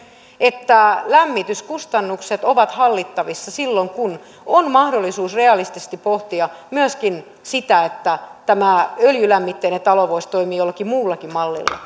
että lämmityskustannukset ovat hallittavissa silloin kun on mahdollisuus realistisesti pohtia myöskin sitä että tämä öljylämmitteinen talo voisi toimia jollakin muullakin mallilla